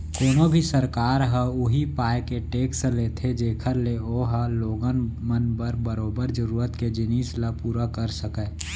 कोनो भी सरकार ह उही पाय के टेक्स लेथे जेखर ले ओहा लोगन मन बर बरोबर जरुरत के जिनिस ल पुरा कर सकय